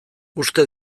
uste